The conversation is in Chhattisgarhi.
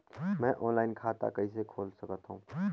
मैं ऑनलाइन खाता कइसे खोल सकथव?